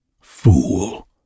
Fool